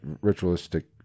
ritualistic